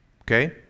Okay